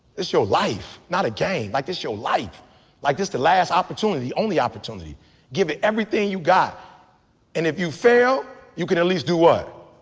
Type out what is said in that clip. it's your life not a game like this your life like this the last opportunity the only opportunity give it everything you got and if you fail you can at least do what?